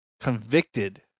convicted